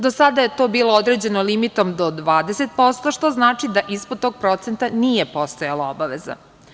Do sada je to bilo određeno limitom do 20%, što znači da ispod tog procenta nije postojala obaveza.